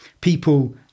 people